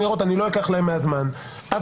אבל אני לא רוצה לקחת את הזמן של האנשים שכתבו את זה.